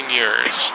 years